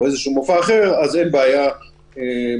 מופע אחר אז אין בעיה בפנים.